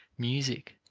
music,